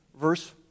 verse